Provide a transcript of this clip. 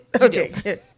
Okay